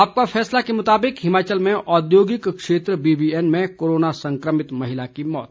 आपका फैसला के मुताबिक हिमाचल में औद्योगिक क्षेत्र बीबीएन में कोरोना संक्रमित महिला की मौत